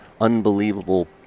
unbelievable